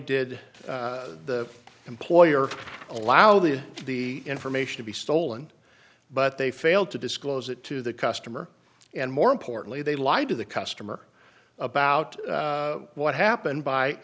did the employer allow the the information to be stolen but they failed to disclose it to the customer and more importantly they lied to the customer about what happened by